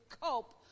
cope